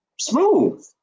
smooth